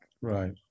Right